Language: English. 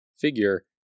figure